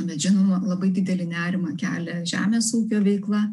bet žinoma labai didelį nerimą kelia žemės ūkio veikla